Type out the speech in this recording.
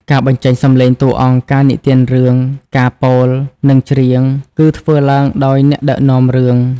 ការបញ្ចេញសំឡេង តួអង្គ ការនិទានរឿង ការពោល និងច្រៀង គឺធ្វើឡើងដោយ អ្នកដឹកនាំរឿង។